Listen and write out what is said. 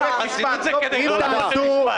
חסינות זה כדי לא לעמוד למשפט.